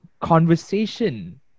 conversation